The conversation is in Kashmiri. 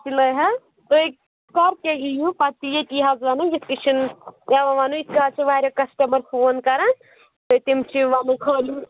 سِلٲے حظ تُہۍ کَر کیٛاہ ہیٚیِو پَتہٕ ییٚتی حظ وَنہو یِتھٕ کٔنۍ چھِ نہٕ پٮ۪وان وَنُن ییٖتِس کالس چھِ واریاہ کَسٹٕمَر فون کَران تہٕ تِم چھِ یِوان وۅنۍ خانٛدرس